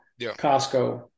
Costco